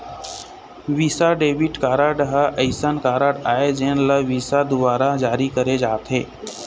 Visa debit card ह असइन card आय जेन ल विसा दुवारा जारी करे जाथे